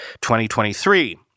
2023